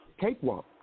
cakewalk